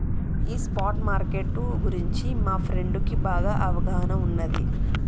ఈ spot market గురించి మా ఫ్రెండుకి బాగా అవగాహన ఉన్నాది